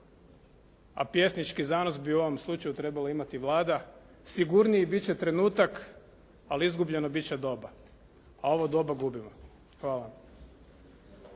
a pjesnički zanos bi u ovom slučaju trebala imati Vlada, sigurniji bit' će trenutak ali izgubljeno bit' će doba, a ovo doba gubimo. Hvala.